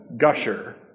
gusher